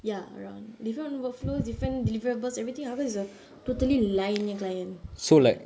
ya around different workflows different deliverables everything ah because it's a totally lain punya client ya